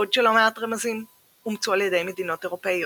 בעוד שלא מעט רמזים אומצו על ידי מדינות אירופאיות.